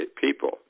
people